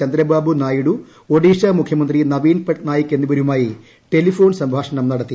ചന്ദ്രബാബു നായിഡു ഒഡീഷാ മുഖ്യമന്ത്രി നവീൻ പട്നായിക് എന്നിവരുമായി ടെലിഫോൺ സംഭാഷണം നടത്തി